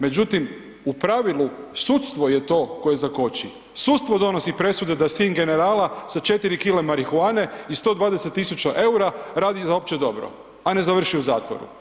Međutim u pravilu sudstvo je to koje zakoči, sudstvo donosi presude da sin generala sa 4 kg marihuane i 120.000 EUR-a radi za opće dobro, a ne završi u zatvoru.